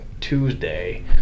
Tuesday